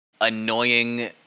annoying